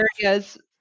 areas